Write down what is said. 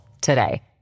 today